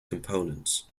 components